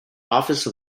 office